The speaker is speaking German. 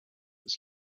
das